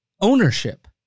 ownership